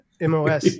MOS